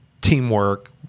teamwork